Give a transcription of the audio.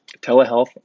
Telehealth